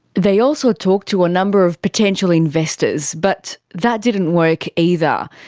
they also talked to a number of potential investors, but that didn't work either.